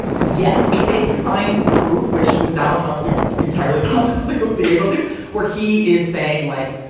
yes, if they can find proof, which with donald trump, it's entirely possible they could be able to or he is saying, like,